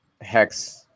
hex